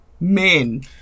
men